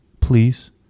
Please